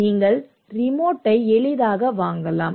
நீங்கள் ரிமோட்டை எளிதாக வாங்கலாம்